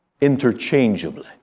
interchangeably